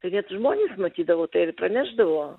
tai net žmonės matydavo tai ir pranešdavo